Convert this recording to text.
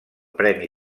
premi